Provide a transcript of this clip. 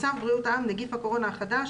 צו בריאות העם (נגיף הקורונה החדש)